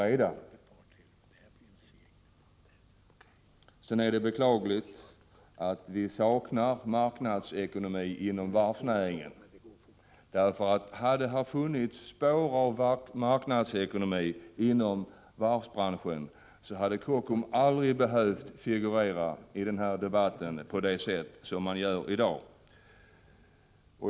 Vidare är det beklagligt att vi saknar en marknadsekonomi inom varvsnäringen. Hade det funnits spår av en sådan inom varvsnäringen, hade Kockums aldrig behövt figurera i den här debatten som företaget i dag måste göra.